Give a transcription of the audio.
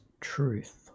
truth